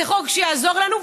זה חוק שיעזור לנו,